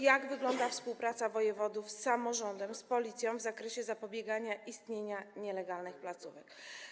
Jak wygląda współpraca wojewodów z samorządem, z Policją w zakresie zapobiegania funkcjonowaniu nielegalnych placówek?